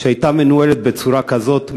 שהייתה מנוהלת בצורה כזאת,